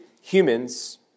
humans